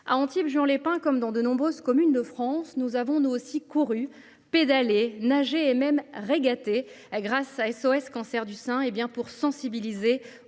À Antibes Juan les Pins, comme dans de nombreuses communes de France, nous avons couru, pédalé, nagé et même « régaté », grâce à SOS Cancer du sein, pour sensibiliser